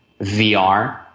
VR